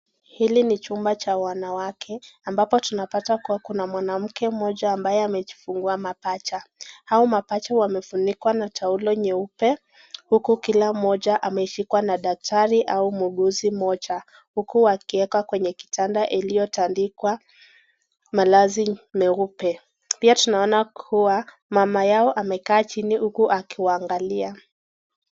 Hiki ni chumba cha wanawake ambapo tunapata kuwa kuna mwanamke ambaye amejifungua mapacha . Hao mapacha wamefunikwa Kwa taulo nyeupe huku kila mmoja ameshikwa na daktari au muuguzi mmoja, huku wakiwekwa Kwenye kitanda kilichotandikwa malazi meupe. Pia tunaona kuwa mama yao amekaa chini huku akiwaangalia .